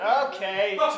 Okay